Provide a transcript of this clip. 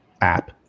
app